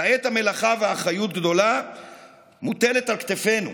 כעת המלאכה והאחריות הגדולה מוטלת על כתפינו.